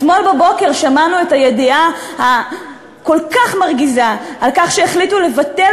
אתמול בבוקר שמענו את הידיעה הכל-כך מרגיזה שהחליטו לבטל